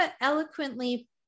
eloquently